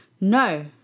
No